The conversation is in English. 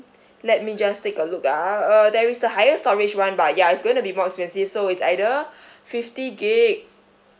let me just take a look ah uh there is a higher storage one but ya it's gonna be more expensive so it's either fifty gig